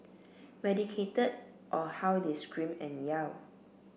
medicated or how they scream and yell